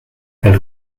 elle